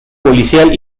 policial